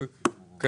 ששוב,